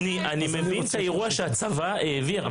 אני מבין את האירוע שהצבא העביר.